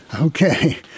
Okay